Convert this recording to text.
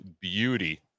beauty